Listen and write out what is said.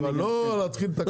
כן אבל לא להתחיל את הכל.